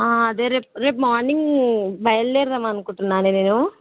అదే రేపు రేపు మార్నింగ్ బయలుదేరుదాం అనుకుంటున్నాను నేను